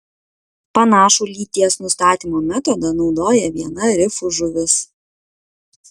panašų lyties nustatymo metodą naudoja viena rifų žuvis